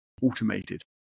automated